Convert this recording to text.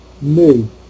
new